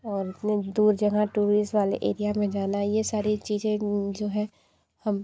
और उतने दूर जगह टूरिस्ट वाले एरिया में जाना ये सारी चीज़ें जो है हम